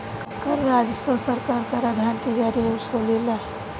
कर राजस्व सरकार कराधान के जरिए वसुलेले